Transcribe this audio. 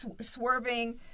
Swerving